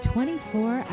24